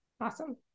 Awesome